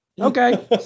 Okay